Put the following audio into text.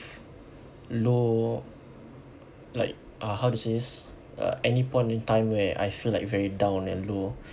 low like uh how to say this uh any point in time where I feel like very down and low